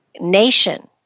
nation